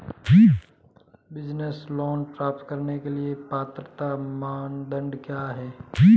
Business loan प्राप्त करने के लिए पात्रता मानदंड क्या हैं?